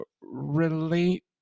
relate